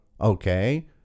okay